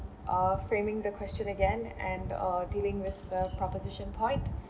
uh framing the question again and uh dealing with the proposition point